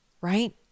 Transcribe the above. right